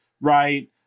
right